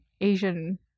Asian